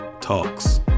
Talks